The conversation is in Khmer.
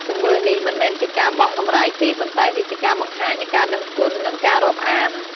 ទង្វើនេះមិនមែនជាការបង់កម្រៃទេ ប៉ុន្តែវាជាការបង្ហាញនូវការដឹងគុណ និងការរាប់អាន។